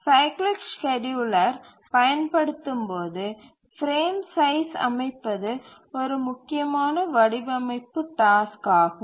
cyclic scheduler பயன்படுத்தும் போது frame size அமைப்பது ஒரு முக்கியமான வடிவமைப்பு டாஸ்க் யாகும்